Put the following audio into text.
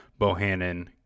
Bohannon